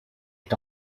est